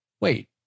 wait